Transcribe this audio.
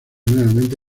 nuevamente